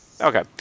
Okay